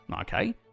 okay